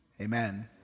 amen